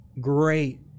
great